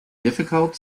difficult